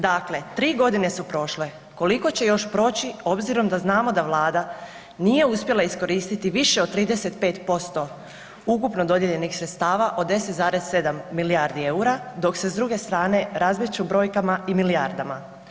Dakle, tri godine su prošle, koliko će još proći obzirom da znamo da Vlada nije uspjela iskoristiti više od 35% ukupno dodijeljenih sredstava od 10,7 milijardi eura, dok se s druge strane razmeću brojkama i milijardama?